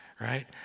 Right